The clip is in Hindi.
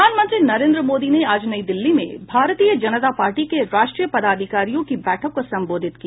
प्रधानमंत्री नरेन्द्र मोदी ने आज नई दिल्ली में भारतीय जनता पार्टी के राष्ट्रीय पदाधिकारियों की बैठक को संबोधित किया